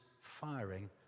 firing